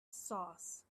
sauce